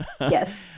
yes